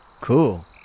Cool